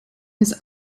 his